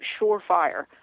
surefire